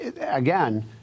again